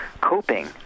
coping